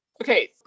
Okay